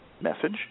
message